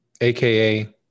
AKA